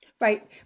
Right